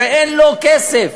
שאין לו כסף,